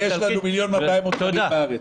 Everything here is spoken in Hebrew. ושיש לנו מיליון מכשירים בארץ.